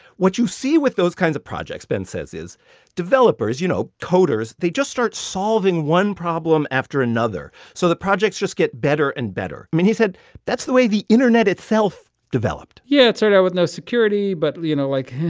what you see with those kinds of projects, ben says, is developers you know, coders they just start solving one problem after another. so the projects just get better and better. i mean, he said that's the way the internet itself developed yeah. it started out with no security, but, you know, like,